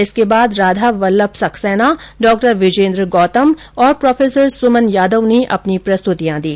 इसके बाद राधावल्लभ सक्सैना डॉ विजेन्द्र गौतम और प्रो सुमन यादव ने अपनी प्रस्तुतिया दी